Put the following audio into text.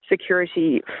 security